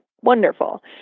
wonderful